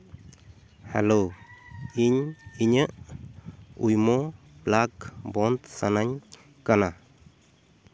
hello ᱤᱧ ᱤᱧᱟᱹᱜ ᱩᱭᱢᱳ ᱯᱞᱟᱜᱽ ᱵᱚᱱᱫᱽ ᱥᱟᱱᱟᱧ ᱠᱟᱱᱟ